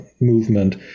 movement